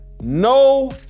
no